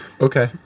Okay